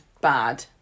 bad